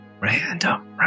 random